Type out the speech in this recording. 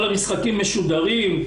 כל המשחקים משודרים.